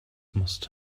must